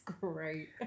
great